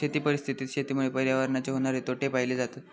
शेती परिस्थितीत शेतीमुळे पर्यावरणाचे होणारे तोटे पाहिले जातत